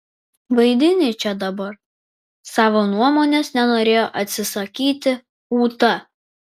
vaidini čia dabar savo nuomonės nenorėjo atsisakyti ūta